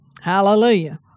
Hallelujah